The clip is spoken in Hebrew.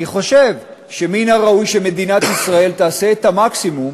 אני חושב שמן הראוי שמדינת ישראל תעשה את המקסימום